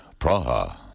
Praha